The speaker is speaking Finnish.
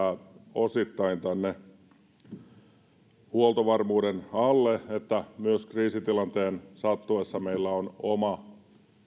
osittain tänne huoltovarmuuden alle että myös kriisitilanteen sattuessa meillä on oma